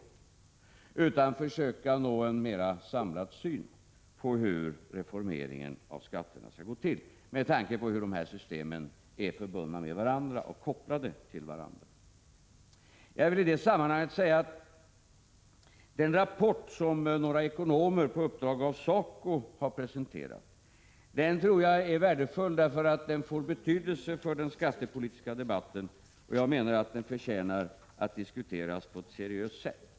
Vi skall försöka åstadkomma en mer samlad syn på hur reformeringen av skatterna skall gå till med tanke på hur dessa system är förbundna med varandra och kopplade till varandra. En rapport som några ekonomer på uppdrag av SACO har presenterat är värdefull, därför att den får betydelse för den skattepolitiska debatten. Den förtjänar att diskuteras på ett seriöst sätt.